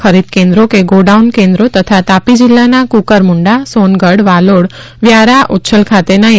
ખરીદ કેન્દ્રો કે ગોડાઉન કેન્દ્રો તથા તાપી જિલ્લાના કુકરમુંડા સોનગઢ વાલોડ વ્યારા ઉચ્છલ ખાતેના એ